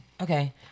Okay